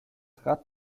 rad